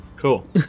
Cool